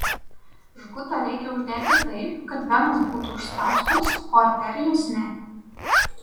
žgutą reikia uždėti taip kad venos būtų užspaustos o arterijos ne